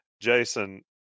Jason